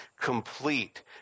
complete